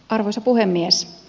arvoisa puhemies